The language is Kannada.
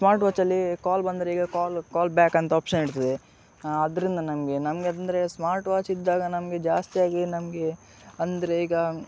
ಸ್ಮಾರ್ಟ್ ವಾಚಲ್ಲಿ ಕಾಲ್ ಬಂದರೆ ಈಗ ಕಾಲ್ ಕಾಲ್ ಬ್ಯಾಕ್ ಅಂತ ಆಪ್ಷನ್ ಇರ್ತದೆ ಅದರಿಂದ ನಮಗೆ ನಮಗಂದ್ರೆ ಸ್ಮಾರ್ಟ್ ವಾಚ್ ಇದ್ದಾಗ ನಮಗೆ ಜಾಸ್ತಿಯಾಗಿ ನಮಗೆ ಅಂದರೆ ಈಗ